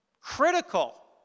critical